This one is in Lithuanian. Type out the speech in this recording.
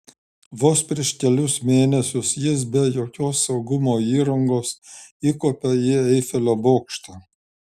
vos prieš kelis mėnesius jis be jokios saugumo įrangos įkopė į eifelio bokštą